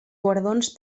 guardons